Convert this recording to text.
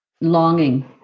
longing